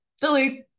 delete